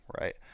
right